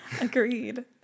Agreed